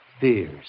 Fears